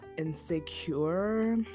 insecure